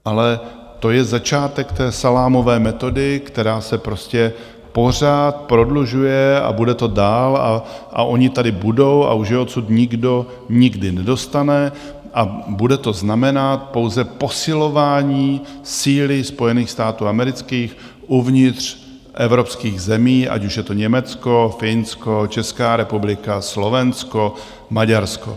Ale to je začátek té salámové metody, která se prostě pořád prodlužuje, a bude to dál a oni tady budou a už je odsud nikdo nikdy nedostane a bude to znamenat pouze posilování síly Spojených států amerických uvnitř evropských zemí, ať už je to Německo, Finsko, Česká republika, Slovensko, Maďarsko.